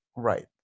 Right